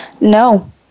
No